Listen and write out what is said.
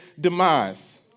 demise